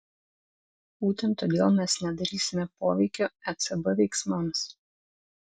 būtent todėl mes nedarysime poveikio ecb veiksmams